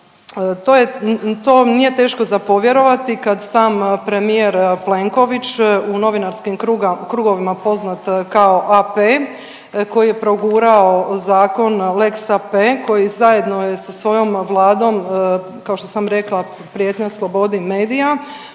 to nije teško za povjerovati kad sam premijer Plenković u novinarskim krugovima poznat kao AP koji je progurao zakon lex AP koji zajedno je sa svojom vladom, kao što sam rekla, prijetnja slobodi medija,